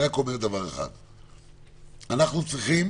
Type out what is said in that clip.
אנחנו צריכים